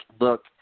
look